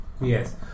Yes